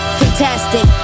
fantastic